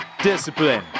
discipline